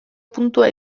puntua